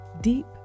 deep